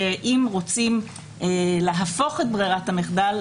שאם רוצים להפוך את ברירת המחדל,